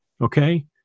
okay